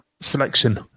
selection